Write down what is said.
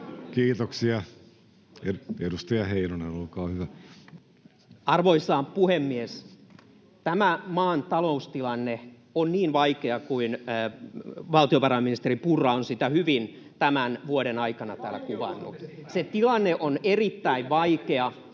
Kiitoksia. — Edustaja Heinonen, olkaa hyvä. Arvoisa puhemies! Tämä maan taloustilanne on niin vaikea kuin valtiovarainministeri Purra on sitä hyvin tämän vuoden aikana täällä kuvannut. [Antti Kurvinen: